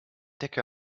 decke